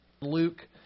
Luke